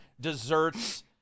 desserts